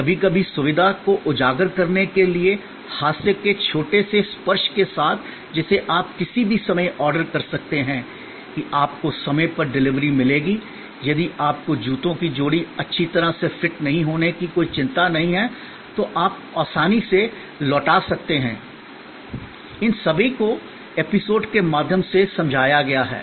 कभी कभी सुविधा को उजागर करने के लिए हास्य के छोटे से स्पर्श के साथ जिसे आप किसी भी समय ऑर्डर कर सकते हैं कि आपको समय पर डिलीवरी मिलेगी यदि आपको जूतों की जोड़ी अच्छी तरह से फिट नहीं होने की कोई चिंता नहीं है तो आप आसानी से लौटा सकते हैं इन सभी को एपिसोड के माध्यम से समझाया गया है